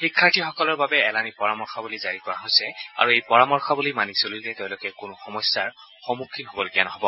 শিক্ষাৰ্থীসকলৰ বাবে এলানি পৰামৰ্শৱলী জাৰি কৰা হৈছে আৰু এই পৰামৰ্শৱলী মানি চলিলে তেওঁলোকে কোনো সমস্যাৰ সন্মুখীন হ বলগীয়া নহব